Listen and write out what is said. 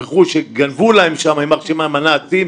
עם הרכוש שגנבו להם יימח שמם הנאצים,